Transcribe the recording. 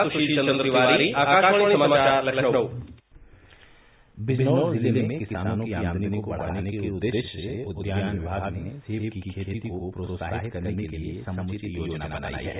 सुशील चंद्र तिवारी आकाशवाणी समाचार लखनऊ बिजनौर जिले में किसानों की आमदनी को बढ़ाने के उद्देश्य से उद्यान विभाग ने सेब की खेती को प्रोत्साहित करने के लिए समुचित योजना बनाई है